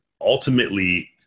Ultimately